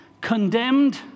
condemned